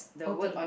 okay